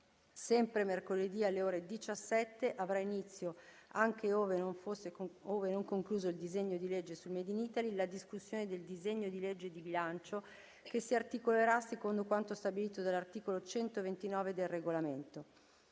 Sempre mercoledì, alle ore 17, avrà inizio, anche ove non concluso il disegno di legge sul made in Italy, la discussione del disegno di legge di bilancio, che si articolerà secondo quanto stabilito dall’articolo 129 del Regolamento.